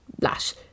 lash